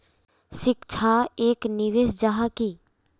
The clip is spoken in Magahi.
शिक्षा एक निवेश जाहा की?